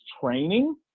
training